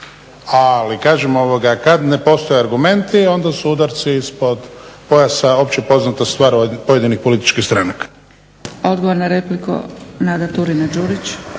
Ali kažem kada ne postoje argumenti onda su udarci ispod pojasa opće poznata stvar od pojedinih političkih stranaka. **Zgrebec, Dragica (SDP)** Odgovor na repliku Nada Turina-Đurić.